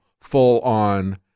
full-on